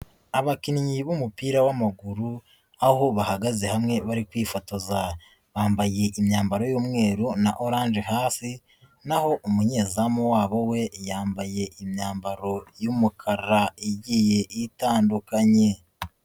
Abakinnyi b'umupira w'amaguru aho bahagaze hamwe bari kwifotoza bambaye imyambaro y'umweru na orange hasi naho umunyezamu wabo we yambaye imyambaro y'umukara igiye itandukanye.